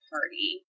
Party